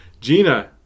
Gina